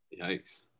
Yikes